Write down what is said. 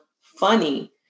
funny